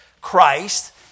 christ